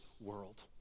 world